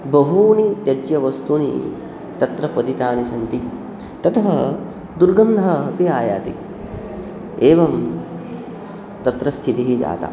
बहूनि त्याज्यवस्तूनि तत्र पतितानि सन्ति ततः दुर्गन्धः अपि आयाति एवं तत्र स्थितिः जाता